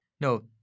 no